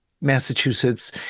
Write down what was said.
Massachusetts